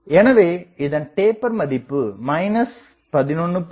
எனவே இதன் டேப்பர் மதிப்பு 11